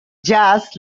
jazz